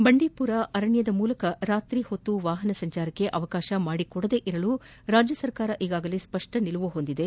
ಬಂಡೀಪುರ ಅರಣ್ಣದ ಮೂಲಕ ರಾತ್ರಿ ವೇಳೆ ವಾಹನ ಸಂಚಾರಕ್ಕೆ ಅವಕಾಶ ಮಾಡಿಕೊಡದಿರಲು ರಾಜ್ಯ ಸರ್ಕಾರ ಈಗಾಗಲೇ ಸ್ಪಷ್ಟ ನಿಲುವು ಹೊಂದಿದೆ